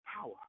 power